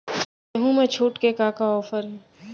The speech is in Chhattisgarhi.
गेहूँ मा छूट के का का ऑफ़र हे?